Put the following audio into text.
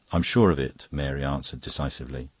i'm sure of it, mary answered decisively.